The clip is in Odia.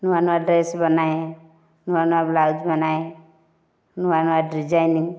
ନୂଆନୂଆ ଡ୍ରେସ ବନାଏ ନୂଆନୂଆ ବ୍ଲାଉଜ ବନାଏ ନୂଆନୂଆ ଡିଜାଇନିଙ୍ଗ୍